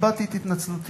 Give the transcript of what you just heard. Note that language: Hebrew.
הבעתי את התנצלותי.